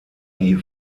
die